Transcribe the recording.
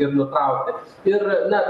ir nutraukti ir na